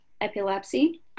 epilepsy